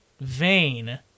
vain